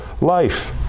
life